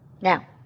Now